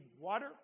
water